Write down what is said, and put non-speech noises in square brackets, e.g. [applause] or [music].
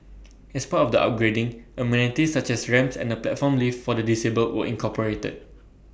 [noise] as part of the upgrading amenities such as ramps and A platform lift for the disabled were incorporated